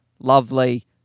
lovely